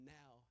now